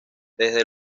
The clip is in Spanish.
desde